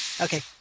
Okay